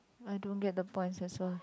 I don't get the points as well